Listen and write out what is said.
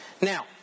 Now